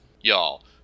Y'all